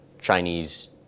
Chinese